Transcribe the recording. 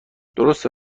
درسته